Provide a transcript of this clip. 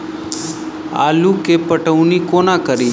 आलु केँ पटौनी कोना कड़ी?